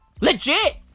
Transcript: Legit